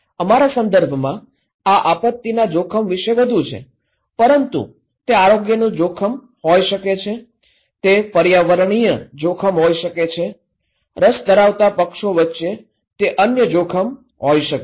અમારા સંદર્ભમાં આ આપત્તિના જોખમ વિશે વધુ છે પરંતુ તે આરોગ્યનું જોખમ હોઈ શકે છે તે પર્યાવરણીય જોખમ હોઈ શકે છે રસ ધરાવતા પક્ષો વચ્ચે તે અન્ય જોખમ હોઈ શકે છે